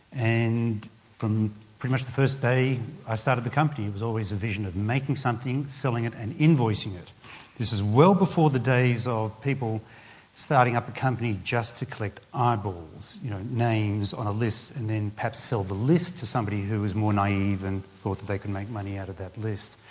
and from pretty much the first day i started the company it was always a vision of making something, selling it and invoicing it. this is well before the days of people starting up a company just to collect eyeballs, you know names on a list and then perhaps sell the list to somebody who was more naive and thought that they could make money out of that list.